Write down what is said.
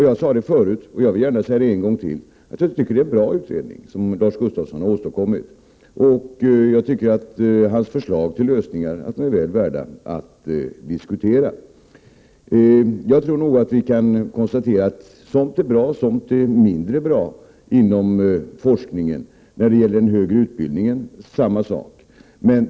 Jag sade det förut, och jag vill säga det en gång till att jag tycker att det är en bra utredning som Lars Gustafsson har åstadkommit. Jag tycker att hans förslag till lösningar är väl värda att diskutera. Jag tror nog att vi kan konstatera att somligt är bra och att somligt är mindre bra när det gäller forskningen, och detsamma gäller den högre utbildningen.